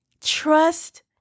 Trust